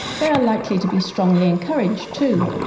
they are likely to be strongly encouraged too.